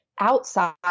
outside